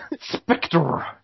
Spectre